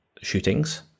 shootings